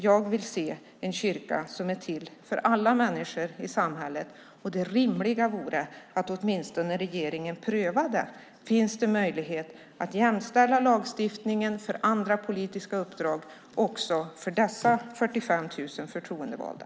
Jag vill se en kyrka som är till för alla människor i samhället, och det rimliga vore att regeringen åtminstone prövade om det finns möjlighet att jämställa lagstiftningen för andra politiska uppdrag också för dessa 45 000 förtroendevalda.